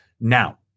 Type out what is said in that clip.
Now